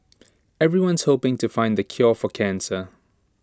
everyone's hoping to find the cure for cancer